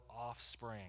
offspring